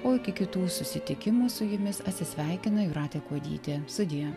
o iki kitų susitikimų su jumis atsisveikina jūratė kuodytė sudie